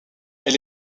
elle